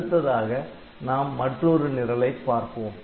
அடுத்ததாக நாம் மற்றொரு நிரலை பார்ப்போம்